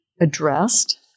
addressed